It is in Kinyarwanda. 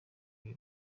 ibi